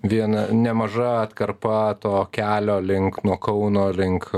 vien nemaža atkarpa to kelio link nuo kauno link